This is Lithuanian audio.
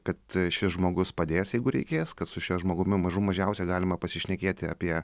kad šis žmogus padės jeigu reikės kad su šiuo žmogumi mažų mažiausiai galima pasišnekėti apie